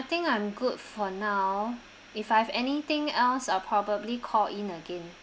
I think I'm good for now if I have anything else I'll probably call in again